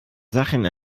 sachen